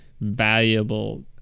valuable